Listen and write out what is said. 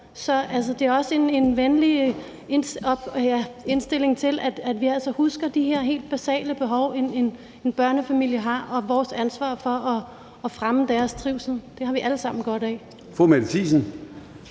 det er også en venlig henstilling til, at vi altså husker de her helt basale behov, en børnefamilie har, og vores ansvar for at fremme deres trivsel. Det har vi alle sammen godt af.